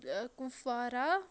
أ کُپوارہ